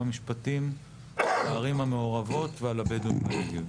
משפטים בערים המעורבות ועל הבדואים בנגב.